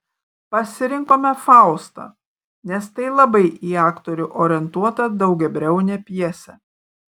pasirinkome faustą nes tai labai į aktorių orientuota daugiabriaunė pjesė